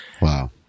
Wow